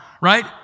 right